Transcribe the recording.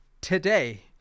today